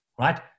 right